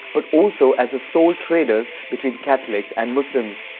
but also as the sole traders between catholics and muslims.